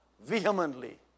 vehemently